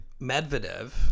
Medvedev